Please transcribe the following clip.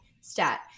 stat